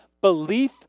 belief